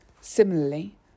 Similarly